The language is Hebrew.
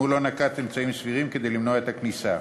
אם הוא לא נקט אמצעים סבירים כדי למנוע את הכניסה.